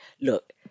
look